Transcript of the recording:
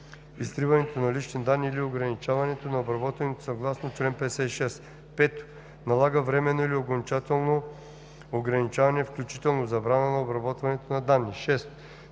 изтриването на лични данни или ограничаването на обработването им съгласно чл. 56; 5. налага временно или окончателно ограничаване, включително забрана, на обработването на данни; 6.